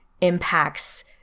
impacts